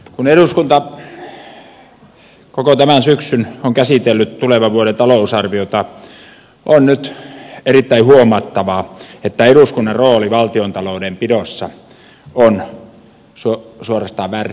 kun eduskunta koko tämän syksyn on käsitellyt tulevan vuoden talousarviota on nyt erittäin huomattavaa että eduskunnan rooli valtion taloudenpidossa on suorastaan varsin mitätön